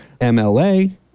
MLA